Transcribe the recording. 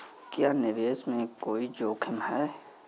क्या निवेश में कोई जोखिम है?